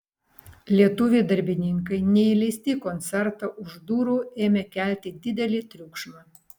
lietuviai darbininkai neįleisti į koncertą už durų ėmė kelti didelį triukšmą